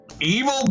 evil